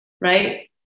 right